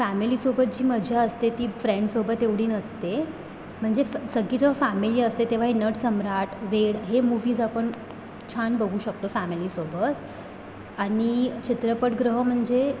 फॅमिलीसोबत जी मजा असते ती फ्रेंड्ससोबत एवढी नसते म्हणजे फ सगळी जेव्हा फॅमिली असते तेव्हा हे नटसम्राट वेड हे मूव्हीज आपण छान बघू शकतो फॅमिलीसोबत आणि चित्रपटग्रह म्हणजे